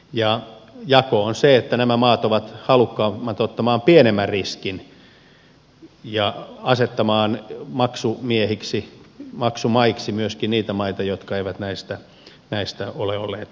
jako on se että nämä maat ovat halukkaimmat ottamaan pienemmän riskin ja asettamaan maksumiehiksi maksumaiksi myöskin niitä maita jotka eivät näistä ole olleet vastuussa